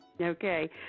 Okay